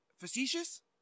facetious